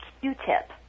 q-tip